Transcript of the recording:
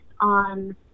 on